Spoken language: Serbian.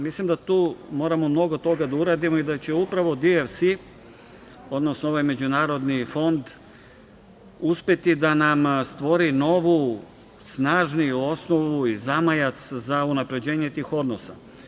Mislim da tu moramo mnogo toga da uradimo i da će upravo DFC, odnosno ovaj međunarodni fond uspeti da nama stvori novu snažniju osnovu i zamajac za unapređenje tih odnosa.